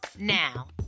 Now